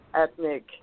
ethnic